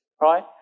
right